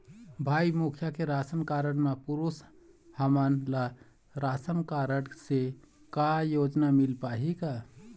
माई मुखिया के ration card म पुरुष हमन ला रासनकारड से का योजना मिल पाही का?